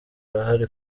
ahari